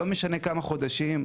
לא משנה כמה חודשים,